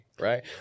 right